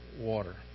water